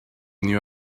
knew